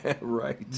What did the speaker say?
Right